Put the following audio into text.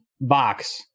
Box